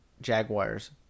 Jaguars